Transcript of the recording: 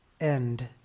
end